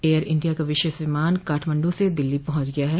air India का विशेष विमान काठमांडु से दिल्ली पहुंच गया है